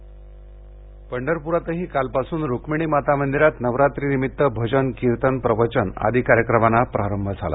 पंढरपर रुक्मिणी पंढरपूरातही कालपासून रुक्मिणी माता मंदिरात नवरात्रीनिमित्त भजन कीर्तन प्रवचन आदी कार्यक्रमाना प्रारंभ झाला